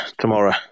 tomorrow